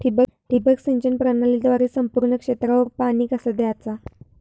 ठिबक सिंचन प्रणालीद्वारे संपूर्ण क्षेत्रावर पाणी कसा दयाचा?